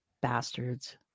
Bastards